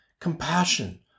compassion